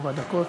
ארבע דקות,